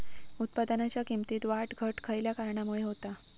उत्पादनाच्या किमतीत वाढ घट खयल्या कारणामुळे होता?